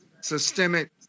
systemic